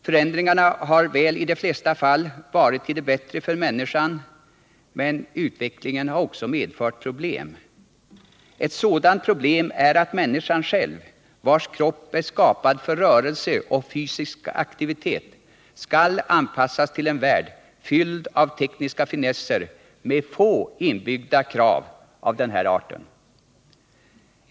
Förändringarna har väl i de flesta fall varit till det bättre för människan, men utvecklingen har också medfört problem. Ett sådant problem är att människan, vars kropp är skapad för rörelse och fysisk aktivitet, skall anpassas till en värld fylld av tekniska finesser med få inbyggda krav av denna art.